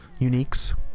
uniques